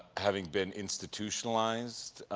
having been institutionalized,